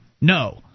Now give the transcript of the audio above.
no